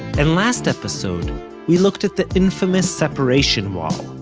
and last episode we looked at the infamous separation wall,